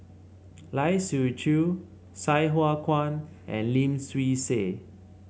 Lai Siu Chiu Sai Hua Kuan and Lim Swee Say